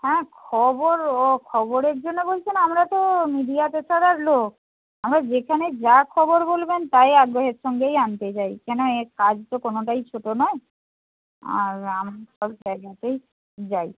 হ্যাঁ খবর ও খবরের জন্যে বলছেন আমরা তো মিডিয়া পেশাদার লোক আমরা যেখানে যা খবর বলবেন তাই আগ্রহের সঙ্গেই আনতে যাই কেন এ কাজ তো কোনোটাই ছোটো নয় আর সব জায়গাতেই যাই